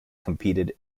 competed